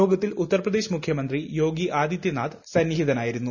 യോഗത്തിൽ ഉത്തർപ്രദേശ് മുഖ്യമന്ത്രി യോഗി ആദിത്യനാഥ് സന്നിഹിതനാ യിരുന്നു